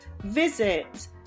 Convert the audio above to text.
Visit